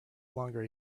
longer